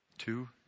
Two